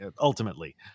ultimately